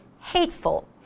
hateful